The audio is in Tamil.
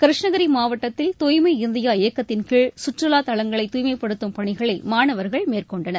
கிருஷ்ணகிரி மாவட்டத்தில் தூய்மை இந்தியா இயக்கத்தின்கீழ் சுற்றுலா தளங்களை தூய்மை படுத்தும் பணிகளை மாணவர்கள் மேற்கொண்டனர்